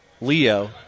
Leo